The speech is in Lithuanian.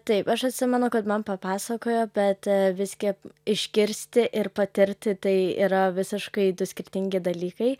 taip aš atsimenu kad man papasakojo bet visgi išgirsti ir patirti tai yra visiškai du skirtingi dalykai